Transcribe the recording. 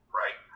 right